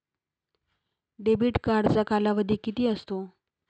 Debit कार्डचा कालावधी किती असतो?